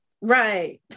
Right